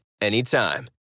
anytime